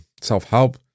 self-help